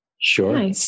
Sure